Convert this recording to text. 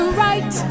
right